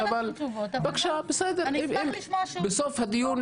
דבר נוסף,